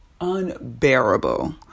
unbearable